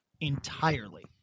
entirely